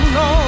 no